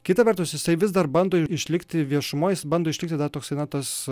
kita vertus jisai vis dar bando išlikti viešumoj jis bando išlikti toks na tas